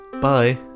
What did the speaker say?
Bye